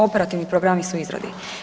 Operativni programi su u izradi.